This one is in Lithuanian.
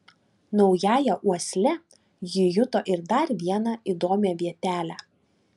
naująja uosle ji juto ir dar vieną įdomią vietelę